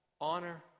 honor